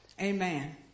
Amen